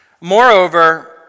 Moreover